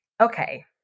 Okay